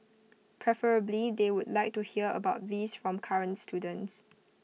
preferably they would like to hear about these from current students